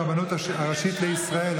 אנחנו עוברים להצעת חוק הרבנות הראשית לישראל.